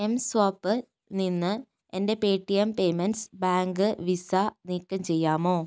എംസ്വൈപ്പിൽ നിന്ന് എൻ്റെ Paytm payments bank visa നീക്കം ചെയ്യാമോ